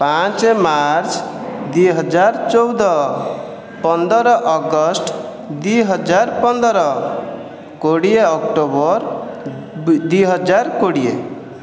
ପାଞ୍ଚ ମାର୍ଚ୍ଚ ଦୁଇହଜାର ଚଉଦ ପନ୍ଦର ଅଗଷ୍ଟ ଦୁଇହଜାର ପନ୍ଦର କୋଡ଼ିଏ ଅକ୍ଟୋବର ଦୁଇହଜାର କୋଡ଼ିଏ